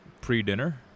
pre-dinner